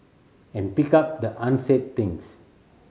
and pick up the unsaid things